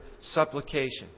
supplication